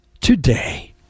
today